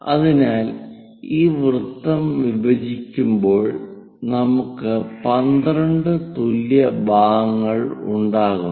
അതിനാൽ ഈ വൃത്തം വിഭജിക്കുമ്പോൾ നമുക്ക് 12 തുല്യ ഭാഗങ്ങൾ ഉണ്ടാക്കുന്നു